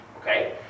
okay